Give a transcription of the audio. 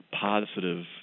positive